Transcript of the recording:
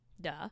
Duh